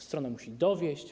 Strona musi dowieść.